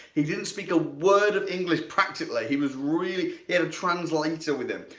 he didn't speak a work of english practically. he was really. he had a translator with him.